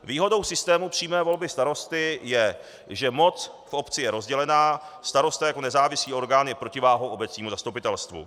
Výhodou systému přímé volby starosty je, že moc v obci je rozdělená, starosta jako nezávislý orgán je protiváhou obecnímu zastupitelstvu.